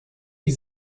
die